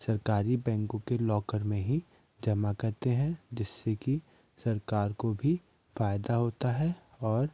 सरकारी बैंकों के लॉकर में ही जमा करते हैं जिससे की सरकार को भी फायदा होता है और